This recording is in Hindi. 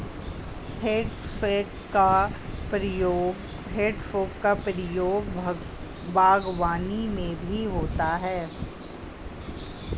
हेइ फोक का प्रयोग बागवानी में भी होता है